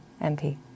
MP